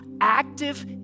active